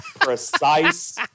precise